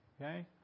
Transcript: okay